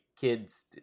kids